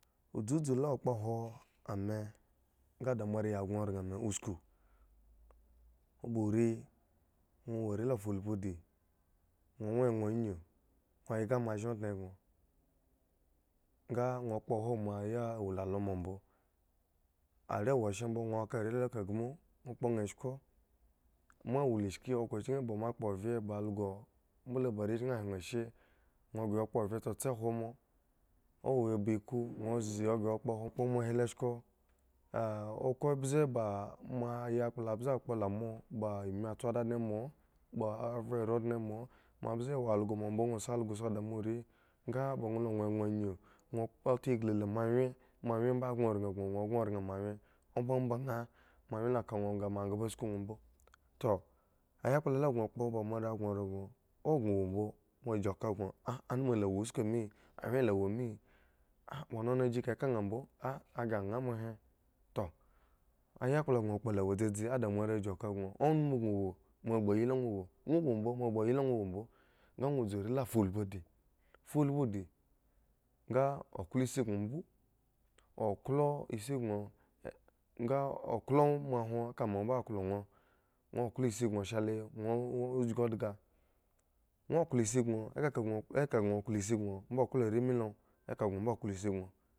Udzudu la kpohwon ame nga da moarehwin ya gŋo ran me usku mborii ŋwo are la fa lubhu di won woŋ anyu ŋwo yga moa zhen ondne gŋo nga ŋwo kpohwo moa ya wo la lo mambo are wo shye mbo dwo ka are lo agogmu ŋwo kpo nha eshko moa wo la eshki okhro chiki moa kpo vye ba also mbole ba re chki hwen she ŋwo ghre ya kpo vge tstse hwo moa owo ba iku ŋwo zi ghre kpohwon moa kpo moa hilo eshko ah okhro mbze ba moa yakpla mbze kpola moa mbze wo also mambo nga ŋwosi algo da moarii nga ba ŋwo won won anyu ŋwo ta ngli la moawyen mowyen mbo gŋoran gŋoŋwombo gŋo ran moawyen ombaba nha moawyen lo ka ŋwo moa ghba sko ŋwo mbo toh ayakpla la go kpo la moare gŋo ran gŋo obm wo mbo mo chin ka gŋo anum hi la wo usku him awyenla wo mi ah ba nhunye boŋ kpo ba lowo dzedze a da moare chinka gno onum gŋowo moa kpha yila nwo wo ŋwo wo mbo moa kpha yi la ŋwo wombo nga dzu are la fu lubhu di fulu bhu di nga oklo isi gŋo mbo oklo isi gŋo nga oklo mahwon eka ba moa klo ŋwo ŋwo klo isi gŋo shale ŋwo jgudhga ŋwo ko isi gdo ekaka ekaka gno kloisi bo ŋwo klo are mi lo ekal gŋo klo isi boŋ.